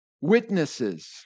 Witnesses